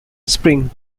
spring